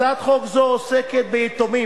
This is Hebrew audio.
הצעת חוק זו עוסקת ביתומים